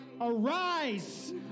Arise